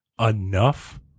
enough